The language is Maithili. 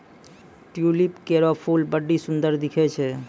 ट्यूलिप केरो फूल बड्डी सुंदर दिखै छै